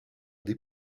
des